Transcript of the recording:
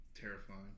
terrifying